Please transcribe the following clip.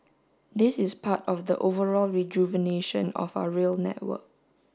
this is part of the overall rejuvenation of our rail network